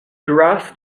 grasp